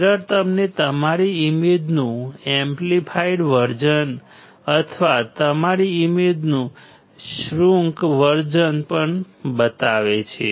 mirror તમને તમારી ઇમેજનું એમ્પ્લીફાઇડ વર્જન અથવા તમારી ઇમેજનું શૃંક વર્જન પણ બતાવે છે